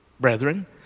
brethren